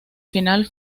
final